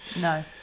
No